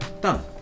done